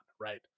Right